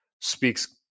speaks